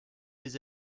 des